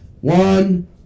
One